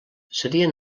serien